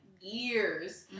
years